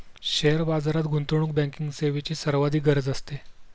share बाजारात गुंतवणूक banking सेवेची सर्वाधिक गरज असते